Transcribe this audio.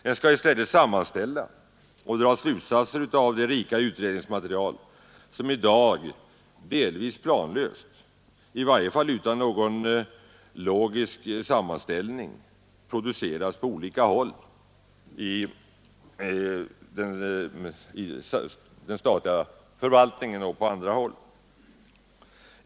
Den skall i stället sammanställa och dra slutsatser av det rika utredningsmaterial som i dag delvis planlöst, i varje fall utan någon logisk ordning, produceras på olika ställen inom den statliga förvaltningen och på andra håll.